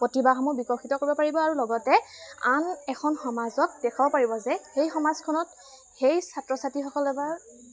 প্ৰতিভাসমূহ বিকশিত কৰিব পাৰিব আৰু লগতে আন এখন সমাজক দেখাব পাৰিব যে সেই সমাজখনত সেই ছাত্ৰ ছাত্ৰীসকলে বা